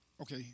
okay